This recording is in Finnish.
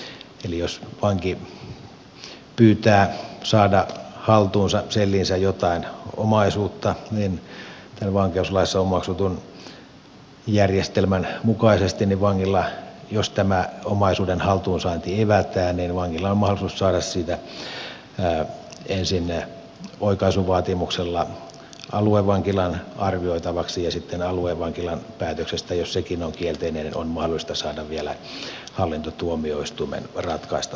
eli jos vanki pyytää saada haltuunsa selliinsä jotain omaisuutta niin tämän vankeuslaissa omaksutun järjestelmän mukaisesti vangilla jos tämä omaisuuden haltuunsaanti evätään on mahdollisuus saada asia ensin oikaisuvaatimuksella aluevankilan arvioitavaksi ja sitten aluevankilan päätöksestä jos sekin on kielteinen on mahdollisuus saada asia vielä hallintotuomioistuimen ratkaistavaksi